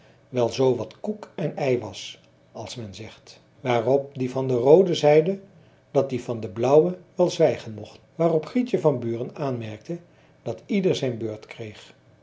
wel zoo wat koek en ei was als men zegt waarop die van de roode zeide dat die van de blauwe wel zwijgen mocht waarop grietje van buren aanmerkte dat ieder zijn beurt kreeg